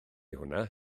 hwnna